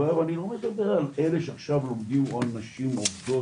אני לא מדבר על אלו שעכשיו לומדים או נשים עובדות